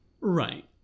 Right